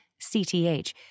CTH